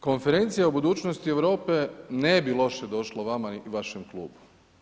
Konferencija o budućnosti Europe ne bi loše došlo vama i vašem klubu.